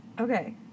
Okay